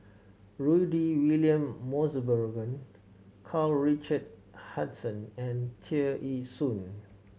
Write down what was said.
Rudy William Mosbergen Karl Richard Hanitsch and Tear Ee Soon